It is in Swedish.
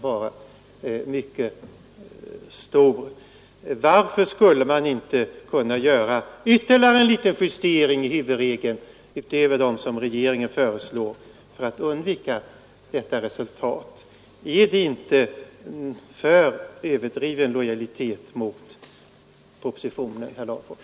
Varför skulle man inte kunna göra ytterligare en liten justering i huvudregeln, utöver de ändringar som regeringen föreslår, för att undvika detta resultat? Är inte detta att visa överdriven lojalitet mot propositionen, herr Larfors?